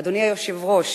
אדוני היושב-ראש,